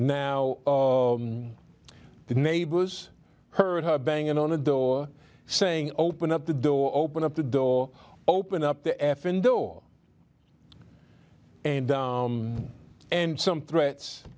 now the neighbors heard her banging on the door saying open up the door open up the door open up the effin door and and some threats